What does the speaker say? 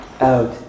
out